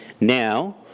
now